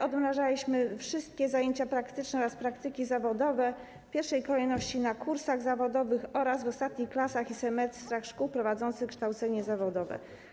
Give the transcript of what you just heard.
Odmrażaliśmy wszystkie zajęcia praktyczne oraz praktyki zawodowe, w pierwszej kolejności na kursach zawodowych oraz w ostatnich klasach i semestrach szkół prowadzących kształcenie zawodowe.